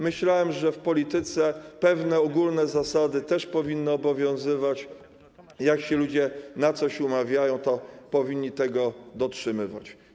Myślałem, że w polityce pewne ogólne zasady też powinny obowiązywać, jak się ludzie na coś umawiają, to powinni tego dotrzymywać.